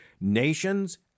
Nations